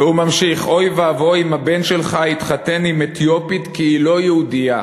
והוא ממשיך: אוי ואבוי אם הבן שלך יתחתן עם אתיופית כי היא לא יהודייה.